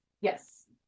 Yes